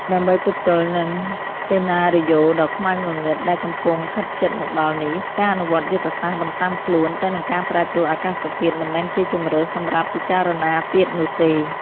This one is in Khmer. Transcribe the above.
ដើម្បីទប់ទល់នឹងសេណារីយ៉ូដ៏ខ្មៅងងឹតដែលកំពុងខិតជិតមកដល់នេះ ការអនុវត្តយុទ្ធសាស្ត្របន្សុាំខ្លួនទៅនឹងការប្រែប្រួលអាកាសធាតុមិនមែនជាជម្រើសសម្រាប់ពិចារណាទៀតនោះទេ។